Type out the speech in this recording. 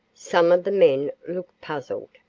some of the men looked puzzled,